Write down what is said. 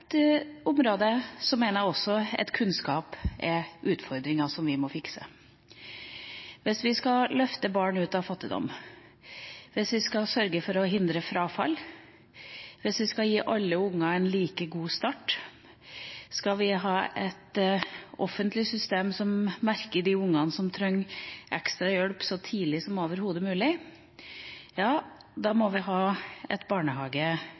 som vi må fikse. Hvis vi skal løfte barn ut av fattigdom, hvis vi skal sørge for å hindre frafall, hvis vi skal gi alle unger en like god start, hvis vi skal ha et offentlig system som merker segde ungene som trenger ekstra hjelp, så tidlig som overhodet mulig, ja da må